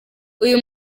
uyu